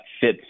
fits